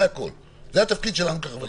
זה התפקיד שלנו כחברי כנסת.